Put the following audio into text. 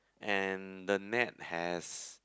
and the net has